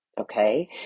Okay